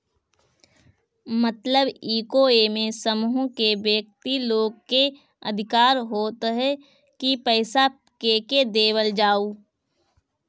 मतलब इ की एमे समूह के व्यक्ति लोग के अधिकार होत ह की पईसा केके देवल जाओ